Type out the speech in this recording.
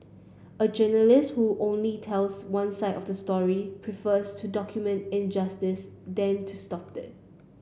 a journalist who only tells one side of the story prefers to document injustice than to stop it